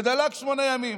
ודלק שמונה ימים.